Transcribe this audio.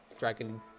Dragon